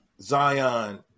Zion